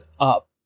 up